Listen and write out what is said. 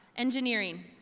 engineering.